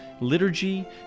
liturgy